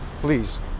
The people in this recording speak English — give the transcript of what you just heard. Please